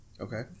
okay